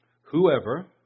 Whoever